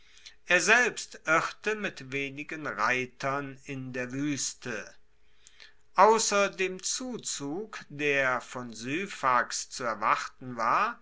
er selbst irrte mit wenigen reitern in der wueste ausser dem zuzug der von syphax zu erwarten war